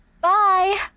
Bye